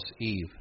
Eve